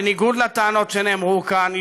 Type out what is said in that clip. בניגוד לטענות שנאמרו כאן,